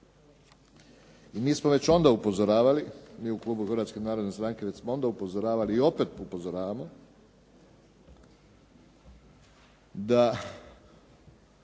i mi smo već onda upozoravali, mi u klubu Hrvatske narodne stranke već smo onda upozoravali i opet upozoravamo da